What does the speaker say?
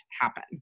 happen